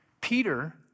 Peter